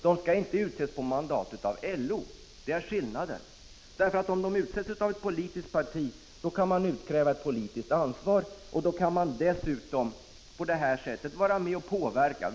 De skall inte utses på mandat av LO. Det är skillnaden. Om de utses av ett politiskt parti, kan man avkräva dem ett politiskt ansvar. På det sättet kan dessutom väljarna vara med och påverka.